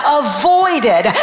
avoided